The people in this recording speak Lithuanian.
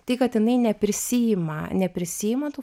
tai kad jinai neprisiima neprisiima tų